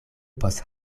post